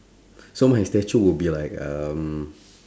so my statue will be like um